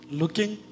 looking